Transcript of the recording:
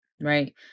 right